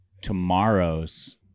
tomorrow's